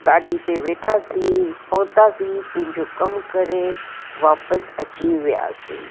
गाॾी ते वेठासीं पहोतासीं पंहिंजो कम करे वापिसि अची वियासीं